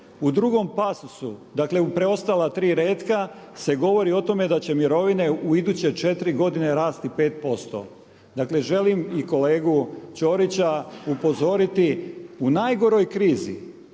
U drugom pasosu, dakle u preostala tri retka se govori o tome da će mirovine u iduće četiri godine rasti 5%. Dakle, želim i kolegu Ćorića upozoriti u najgoroj krizi